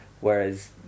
Whereas